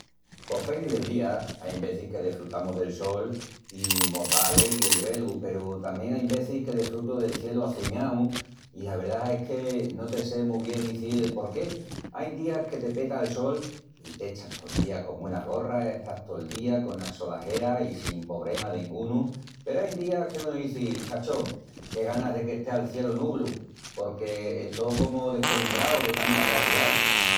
Pos pendi del día. Ain vezis que desfrutamus del sol i mos da alegri el vé-lu peru tamién ain vezis que desfrutu del cielu açuñau i la verdá es que no te sé mu bien izil el porqué. Ain días que te peta el sol i t'echas tol día i con una gorra estás tol día cola solajera i sin pobrema dengunu peru ain días que unu izi: chacho, qué ganas de que estea'l cielu nublu porque estó comu descolumbrau de tanta craridá!